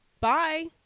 Bye